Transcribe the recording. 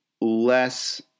less